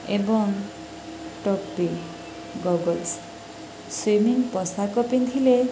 ଏବଂ ଟୋପି goggles swimming ପୋଷାକ ପିନ୍ଧିଲେ